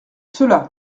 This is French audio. cela